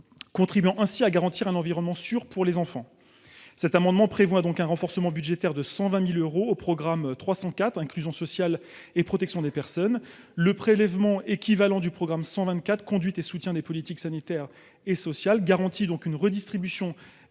contribuerions ainsi à garantir un environnement sûr pour les enfants. Cet amendement prévoit donc un abondement de 120 000 euros du programme 304 « Inclusion sociale et protection des personnes ». Un prélèvement équivalent sur le programme 124 « Conduite et soutien des politiques sanitaires et sociales » garantirait une redistribution